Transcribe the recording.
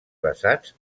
basats